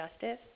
justice